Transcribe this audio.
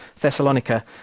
Thessalonica